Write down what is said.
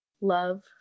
love